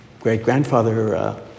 great-grandfather